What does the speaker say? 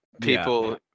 people